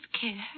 care